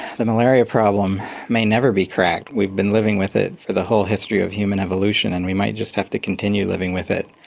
the malaria problem may never be cracked. we've been living with it for the whole history of human evolution and we might just have to continue living with it.